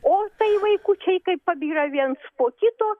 o tai vaikučiai kaip pabyra viens po kito